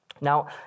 Now